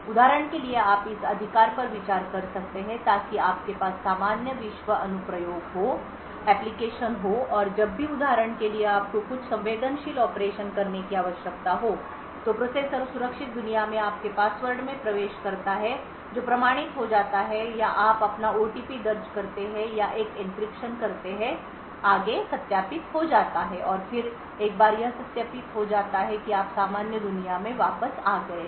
उदाहरण के लिए आप इस अधिकार पर विचार कर सकते हैं ताकि आपके पास सामान्य विश्व अनुप्रयोग हों और जब भी उदाहरण के लिए आपको कुछ संवेदनशील ऑपरेशन करने की आवश्यकता हो तो प्रोसेसर सुरक्षित दुनिया में आपके पासवर्ड में प्रवेश करता है जो प्रमाणित हो जाता है या आप अपना ओटीपी दर्ज करते हैं या एक एन्क्रिप्शन करते हैं आगे सत्यापित हो जाता है और फिर एक बार यह सत्यापित हो जाता है कि आप सामान्य दुनिया में वापस आ गए हैं